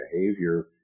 behavior